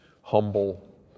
humble